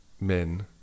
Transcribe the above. men